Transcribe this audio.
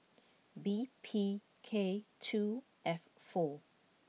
B P K two F four